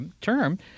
term